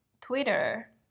Twitter